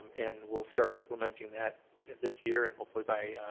and we'll start implementing that that this year, and hopefully by,